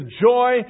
joy